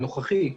הנוכחי,